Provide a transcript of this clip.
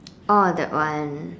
oh that one